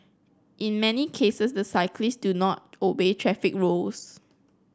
in many cases the cyclist do not obey traffic rules